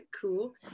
cool